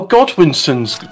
Godwinson's